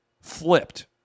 flipped